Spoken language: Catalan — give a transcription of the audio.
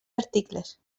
articles